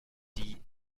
die